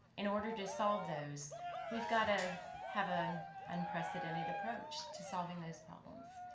in order to solve those we've got to have an unprecedented approach to solving those problems,